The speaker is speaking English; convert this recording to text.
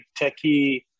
techie